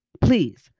please